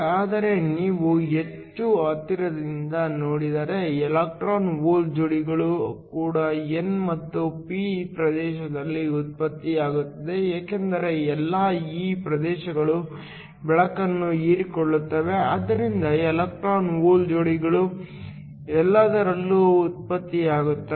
ಆದರೆ ನೀವು ಹೆಚ್ಚು ಹತ್ತಿರದಿಂದ ನೋಡಿದರೆ ಎಲೆಕ್ಟ್ರಾನ್ ಹೋಲ್ ಜೋಡಿಗಳು ಕೂಡ n ಮತ್ತು p ಪ್ರದೇಶಗಳಲ್ಲಿ ಉತ್ಪತ್ತಿಯಾಗುತ್ತವೆ ಏಕೆಂದರೆ ಎಲ್ಲಾ ಈ ಪ್ರದೇಶಗಳು ಬೆಳಕನ್ನು ಹೀರಿಕೊಳ್ಳುತ್ತವೆ ಆದ್ದರಿಂದ ಎಲೆಕ್ಟ್ರಾನ್ ಹೋಲ್ ಜೋಡಿಗಳು ಎಲ್ಲದರಲ್ಲೂ ಉತ್ಪತ್ತಿಯಾಗುತ್ತವೆ